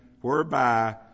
whereby